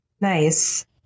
Nice